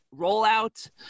rollout